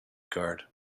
guard